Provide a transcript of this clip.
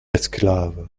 esclave